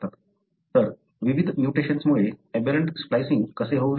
तर विविध म्युटेशन्समुळे एबेरंट स्प्लायसिंग कसे होऊ शकते